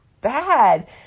bad